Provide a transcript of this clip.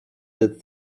that